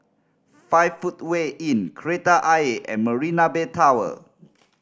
Five Footway Inn Kreta Ayer and Marina Bay Tower